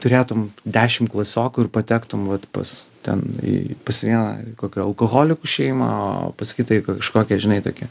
turėtum dešim klasiokų ir patektum vat pas ten į pas vieną kokią alkoholikų šeimą o pas kitą į kažkokią žinai tokią